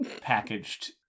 packaged